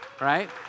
right